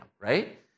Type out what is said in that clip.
right